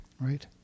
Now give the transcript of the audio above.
Right